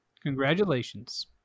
Congratulations